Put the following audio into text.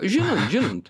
žinant žinant